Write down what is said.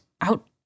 out